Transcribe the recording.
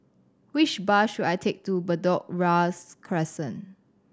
which bus should I take to Bedok Ria's Crescent